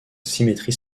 symétrie